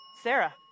Sarah